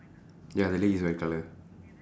ya the leg is white colour